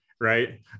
right